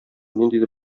ниндидер